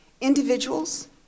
Individuals